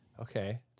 Okay